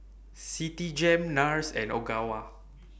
Citigem Nars and Ogawa